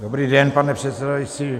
Dobrý den, pane předsedající.